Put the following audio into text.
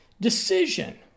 decision